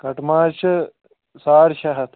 کَٹہٕ ماز چھِ ساڑ شےٚ ہَتھ